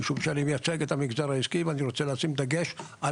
משום שאני מייצג את המגזר העסקי ואני רוצה לשים דגש על